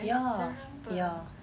ya ya